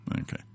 Okay